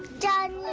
done.